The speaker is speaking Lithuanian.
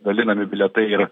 dalinami bilietai ir